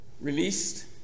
released